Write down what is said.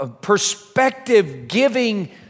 perspective-giving